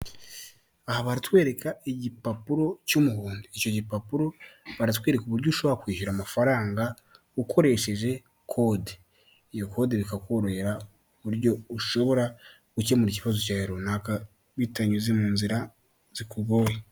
Aha baratwereka igipapuro cy'umuhondo, icyo gipapuro baratwereka uburyo ushobora kwishyura amafaranga ukoresheje kode, iyo code bikakorohera, kuburyo ushobora gukemura ikibazo cyawe runaka bitanyuze mu nzira zikugoye.